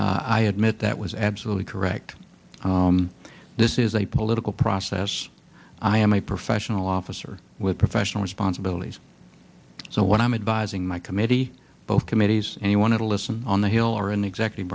head i admit that was absolutely correct this is a political process i am a professional officer with professional responsibilities so when i'm advising my committee both committees and you want to listen on the hill or in the executive